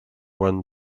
one